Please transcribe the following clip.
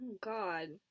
God